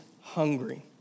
hungry